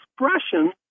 expression